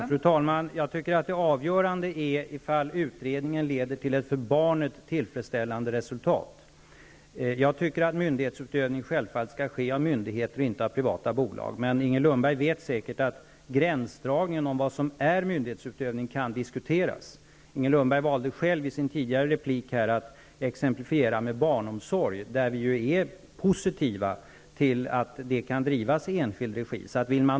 Fru talman! Jag tycker att det avgörande är ifall utredningen leder till ett för barnet tillfredsställande resultat. Myndighetsutövning skall självfallet ske av myndigheter och inte av privata bolag. Som Inger Lundberg säkert vet kan gränsdragningen kring vad som är myndighetsutövning diskuteras. Inger Lundberg valde i sitt tidigare inlägg att exemplifiera med barnomsorg, där vi ju är positivit inställda till att den drivs i privat regi.